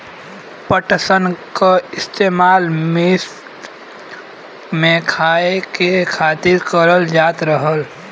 पटसन क इस्तेमाल मिस्र में खाए के खातिर करल जात रहल